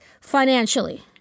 financially